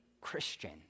Christian